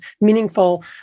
meaningful